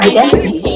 Identity